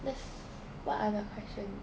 let's what other question